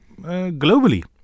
globally